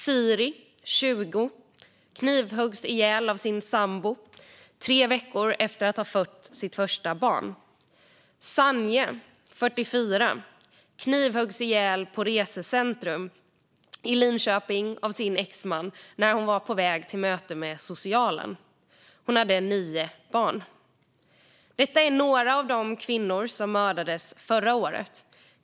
Siri, 20 år, knivhöggs ihjäl av sin sambo tre veckor efter att ha fött sitt första barn. Sanije, 44 år, knivhöggs ihjäl på Resecentrum i Linköping av sin exman när hon var på väg till möte med socialen. Hon hade nio barn. Detta är några av de kvinnor som mördades förra året.